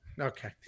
Okay